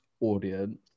audience